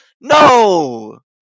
NO